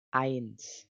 eins